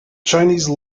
chinese